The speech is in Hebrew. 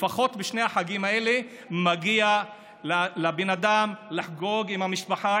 לפחות בשני החגים האלה מגיע לבן אדם לחגוג עם המשפחה,